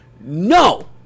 No